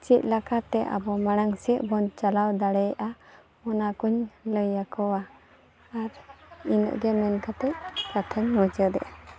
ᱪᱮᱫ ᱞᱮᱠᱟᱛᱮ ᱟᱵᱚ ᱢᱟᱲᱟᱝ ᱥᱮᱫ ᱵᱚᱱ ᱪᱟᱞᱟᱣ ᱫᱟᱲᱮᱭᱟᱜᱼᱟ ᱚᱱᱟᱠᱚᱧ ᱞᱟᱹᱭ ᱟᱠᱚᱣᱟ ᱟᱨ ᱤᱱᱟᱹᱜ ᱜᱮ ᱢᱮᱱ ᱠᱟᱛᱮᱫ ᱠᱟᱛᱷᱟᱧ ᱢᱩᱪᱟᱹᱫᱮᱫᱼᱟ